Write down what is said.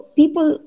people